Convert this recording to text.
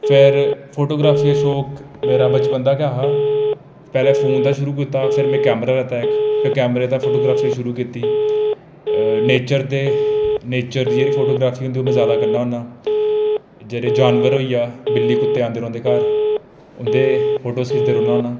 फेर फोटोग्राफी दा शौक मेरा बचपन दा गै हा पैह्लैं फोन दा शुरू कीता फिर में कैमरा लैता इक फिर कैमरे दे फोटोग्राफी शुरू कीती नेचर दी जेह्ड़ी फोटोग्राफी होंदी ओह् में जादा करना होन्नां जेह्ड़े जानवर होई गेआ बिल्ली कुत्ते आंदे रौंह्दे घर उंदे फोटो खिचदे रौह्ना